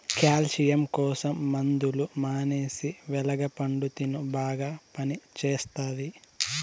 calcium కోసం మందులు మానేసి వెలగ పండు తిను బాగా పనిచేస్తది